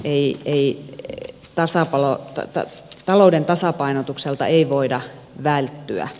ei ei et tä sä ymmärtää että talouden tasapainotukselta ei voida välttyä